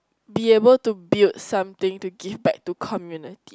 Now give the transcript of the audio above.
be able to build something to give back to community